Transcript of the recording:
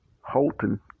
Holton